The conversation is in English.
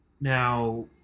now